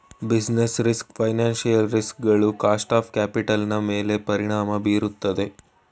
business risk financial risk ಗಳು cost of capital ನನ್ಮೇಲೆ ಪರಿಣಾಮ ಬೀರುತ್ತದೆ